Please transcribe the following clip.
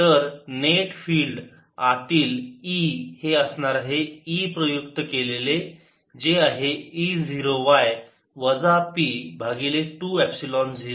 तर net field आतील E हे असणार आहे E प्रयुक्त केलेले जे आहे E 0 y वजा p भागिले 2 एपसिलोन 0 y